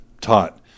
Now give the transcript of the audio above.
taught